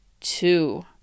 two